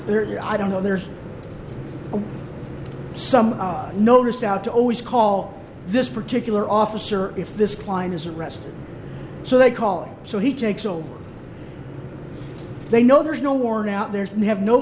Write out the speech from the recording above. this i don't know there's some notice out to always call this particular officer if this kline is arrested so they call it so he takes over they know there's no worn out there and they have no